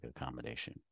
accommodation